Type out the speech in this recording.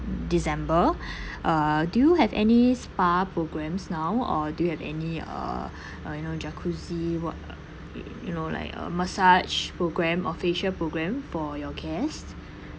december uh do you have any spa programs now or do you have any uh uh you know jacuzzi what you know like uh massage program or facial program for your guest